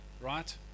right